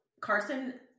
Carson